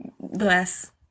Bless